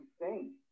insane